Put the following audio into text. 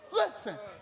Listen